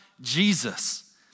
Jesus